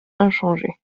inchangés